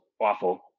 awful